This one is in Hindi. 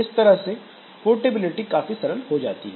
इस तरह से पोर्टेबिलिटी काफी सरल हो जाती है